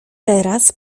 teraz